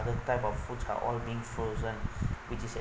other type of food are all being frozen which is